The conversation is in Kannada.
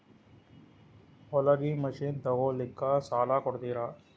ಹೊಲಗಿ ಮಷಿನ್ ತೊಗೊಲಿಕ್ಕ ಸಾಲಾ ಕೊಡ್ತಿರಿ?